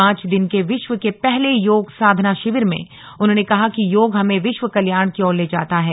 पांच दिन के विश्व के पहले योग साधाना शिविर में उन्होंने कहा कि योग हमें विश्व कल्याण की ओर ले जाता है